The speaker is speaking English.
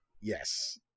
yes